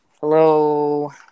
Hello